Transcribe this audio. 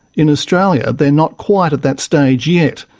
in australia, they're not quite at that stage yet,